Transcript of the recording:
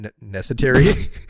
necessary